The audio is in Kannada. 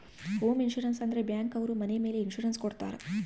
ಹೋಮ್ ಇನ್ಸೂರೆನ್ಸ್ ಅಂದ್ರೆ ಬ್ಯಾಂಕ್ ಅವ್ರು ಮನೆ ಮೇಲೆ ಇನ್ಸೂರೆನ್ಸ್ ಕೊಡ್ತಾರ